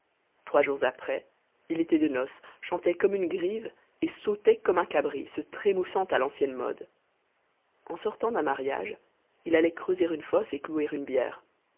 trois jours après il était de noce chantait comme une grive et sautait comme un cabri se trémoussant à l'ancienne mode en sortant d'un mariage il allait creuser une fosse et clouer une bière